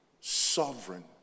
sovereign